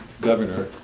governor